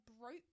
broke